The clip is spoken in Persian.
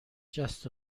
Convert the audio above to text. جست